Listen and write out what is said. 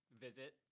visit